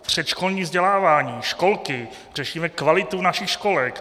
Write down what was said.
Předškolní vzdělávání, školky, řešíme kvalitu našich školek.